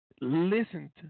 listen